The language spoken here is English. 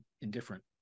indifferent